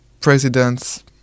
presidents